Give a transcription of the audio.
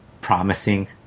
promising